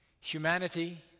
humanity